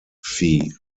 fee